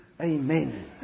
Amen